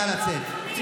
נא לצאת.